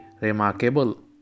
remarkable